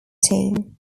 team